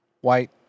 white